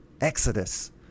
exodus